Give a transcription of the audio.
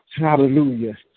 Hallelujah